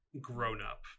grown-up